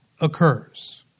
occurs